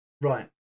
Right